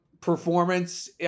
performance